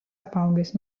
apaugęs